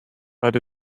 but